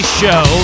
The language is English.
show